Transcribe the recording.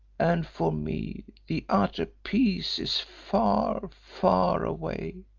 and for me the utter peace is far, far away,